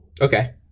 Okay